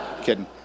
Kidding